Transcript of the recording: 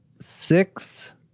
six